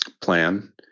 plan